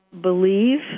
believe